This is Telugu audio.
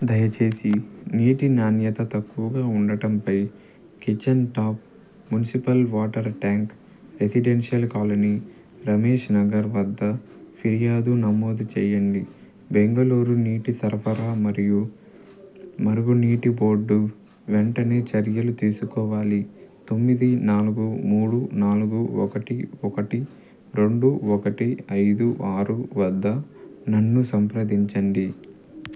దయచేసి నీటి నాణ్యత తక్కువగా ఉండటంపై kitchen tap municipal water tank residential colony Ramesh Nagar వద్ద ఫిర్యాదు నమోదు చేయండి బెంగళూరు నీటి సరఫరా మరియు మరుగునీటి బోర్డు వెంటనే చర్యలు తీసుకోవాలి తొమ్మిది నాలుగు మూడు నాలుగు ఒకటి ఒకటి రెండు ఒకటి ఐదు ఆరు వద్ద నన్ను సంప్రదించండి